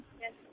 Yes